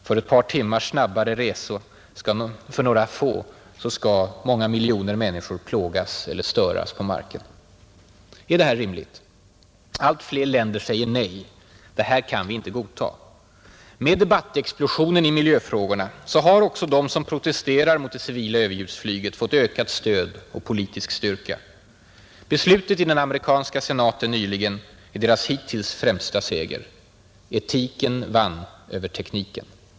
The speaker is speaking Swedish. För ett par timmars snabbare resor för några få skall många miljoner människor på marken plågas eller störas. Är detta rimligt? Allt fler länder säger nej; det här kan vi inte godta. Med debattexplosionen i miljöfrågorna har också de som protesterar mot det civila överljudsflyget fått ökat stöd och politisk styrka. Beslutet i den amerikanska senaten nyligen är deras hittills främsta seger. Etiken vann över tekniken.